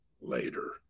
later